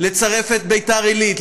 לצרף את ביתר עילית,